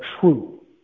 true